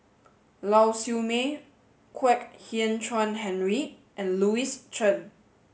Lau Siew Mei Kwek Hian Chuan Henry and Louis Chen